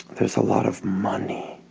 there's a lot of money